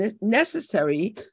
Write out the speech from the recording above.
necessary